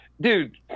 Dude